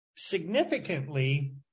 significantly